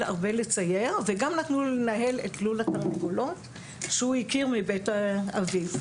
הרבה לצייר וגם נתנו לו לנהל את לול התרנגולות שהוא הכיר מבית אביו.